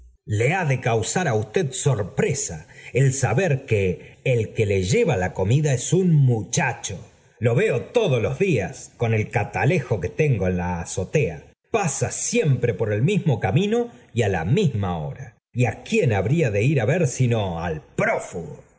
le ha do causar á usted sorpresa el saber que rasque le lleva la comida es un muchacho lo veo g v todos las días con el catalejo que tengo en la azo tea pasa siempre por el mismo camino y á la p misma hora y á quién habría de ir á ver sino al prófugo